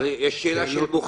אבל יש שאלה של מוּכנוּת.